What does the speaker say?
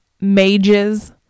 mages